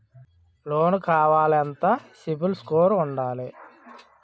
Loan కావాలి ఎంత CIBIL score ఉండాలి?